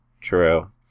True